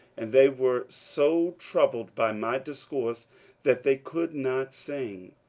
and they were so troubled by my discourse that they could not sing.